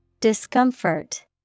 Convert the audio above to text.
Discomfort